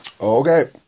Okay